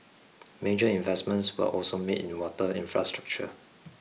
major investments were also made in water infrastructure